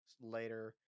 later